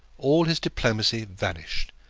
all his diplomacy vanished,